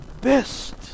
best